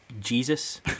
Jesus